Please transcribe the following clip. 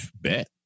bet